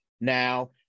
Now